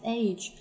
age